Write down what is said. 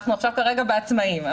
אנחנו עכשיו כרגע בעצמאים.